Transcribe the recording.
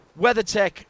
WeatherTech